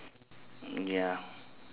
ya